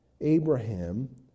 Abraham